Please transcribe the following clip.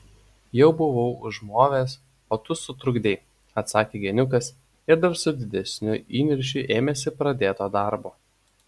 jau buvau užmovęs o tu sutrukdei atsakė geniukas ir dar su didesniu įniršiu ėmėsi pradėto darbo